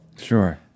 Sure